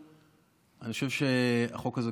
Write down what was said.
אני חושב שהחוק הזה,